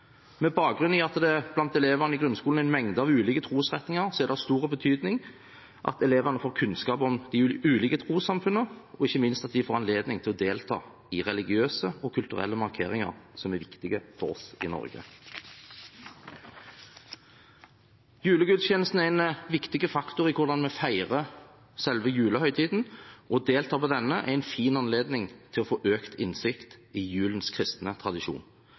Med bakgrunn i at det blant elevene i grunnskolen er en mengde ulike trosretninger, er det av stor betydning at elevene får kunnskap om ulike trossamfunn, og ikke minst at de får anledning til å delta i religiøse og kulturelle markeringer som er viktige for oss i Norge. Julegudstjenesten er en viktig faktor for hvordan vi feirer selve julehøytiden, og å delta på denne gir en fin anledning til å få økt innsikt i julens kristne